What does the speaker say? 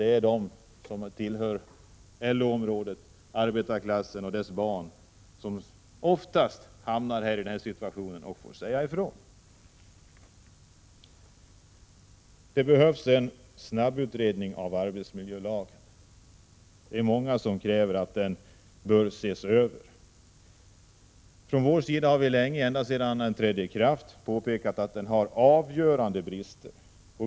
Det är de som tillhör LO-området, arbetarklassen och dess barn, som oftast hamnar i denna situation och måste säga ifrån. Det behövs en snabbutredning av arbetsmiljölagen. Många kräver att den skall ses över. Från vår sida har vi länge — ända sedan den trädde i kraft — påpekat att den har avgörande brister.